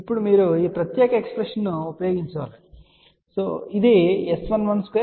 ఇప్పుడు మీరు ఈ ప్రత్యేక ఎక్స్ప్రెషన్ ను ఉపయోగించబోతున్నప్పుడు జాగ్రత్తగా ఉండండి